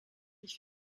dich